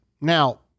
Now